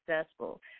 successful